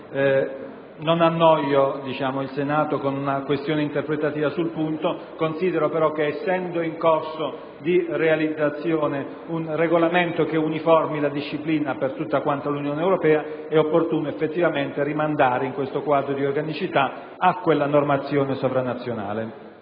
Non annoio il Senato con una questione interpretativa sul punto; considero però che, essendo in corso di realizzazione un regolamento che uniforma la disciplina per tutta l'Unione Europea, sia effettivamente opportuno rimandare, in questo quadro di organicità, a quella normazione sovranazionale.